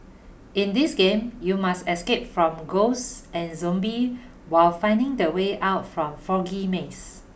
in this game you must escape from ghosts and zombie while finding the way out from foggy maze